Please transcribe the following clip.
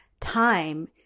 time